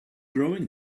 growing